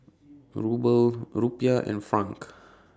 Ruble Rupiah and Franc